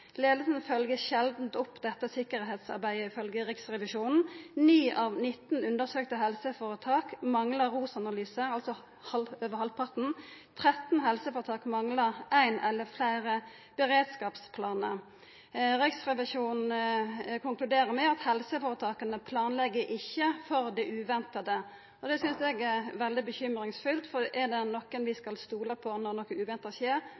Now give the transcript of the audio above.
opp dette sikkerheitsarbeidet, ifølgje Riksrevisjonen. 9 av 19 undersøkte helseføretak manglar ROS-analyse, altså over halvparten. 13 helseføretak manglar ein eller fleire beredskapsplanar. Riksrevisjonen konkluderer med at helseføretaka ikkje planlegg for det uventa. Det synest eg er veldig urovekkjande, for er det nokon vi skal kunna stola på når noko uventa skjer,